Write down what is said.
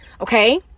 Okay